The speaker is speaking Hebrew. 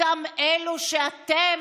אותם אלו שאתם,